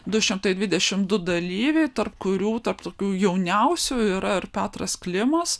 du šimtai dvidešimt du dalyviai tarp kurių tarp tokių jauniausių yra ir petras klimas